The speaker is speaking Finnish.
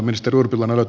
olkaa hyvä